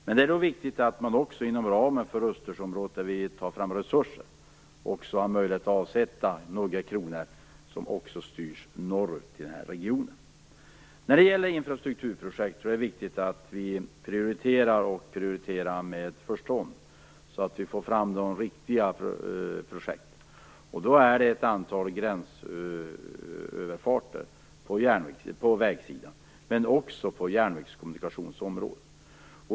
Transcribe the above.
Men det är då viktigt att man inom ramen för Östersjöområdet, när resurser tas fram, har möjlighet att avsätta några kronor som styrs norrut i den här regionen. När det gäller infrastrukturprojekt är det viktigt att vi prioriterar - och prioriterar med förstånd - så att vi får fram de riktiga projekten. Det gäller då ett antal gränsöverfarter på vägsidan men också järnvägskommunikationer.